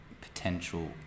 potential